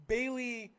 Bailey